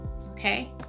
Okay